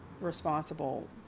responsible